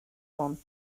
hon